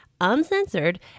uncensored